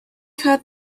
had